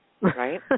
right